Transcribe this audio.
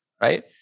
right